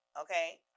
okay